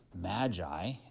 magi